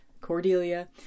Cordelia